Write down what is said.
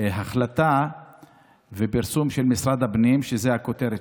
החלטה ופרסום של משרד הפנים שזה הכותרת